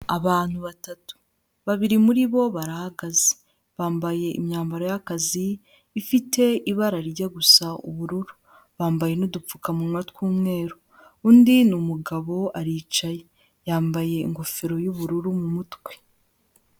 Abantu batatu, babiri muri bo barahagaze, bambaye imyambaro y'akazi ifite ibara rijya gusa ubururu, bambaye n'udupfukamunwa tw'umweru, undi ni umugabo aricaye, yambaye ingofero y'ubururu mu mutwe.